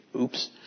Oops